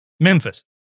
Memphis